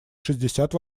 шестьдесят